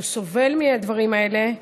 כי הוא סובל מהדברים האלה,